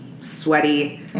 sweaty